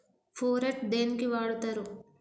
Phorate దేనికి వాడుతరు?